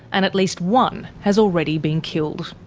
and at least one has already been killed.